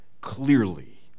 clearly